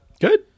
Good